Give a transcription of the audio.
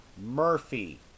Murphy